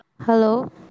Hello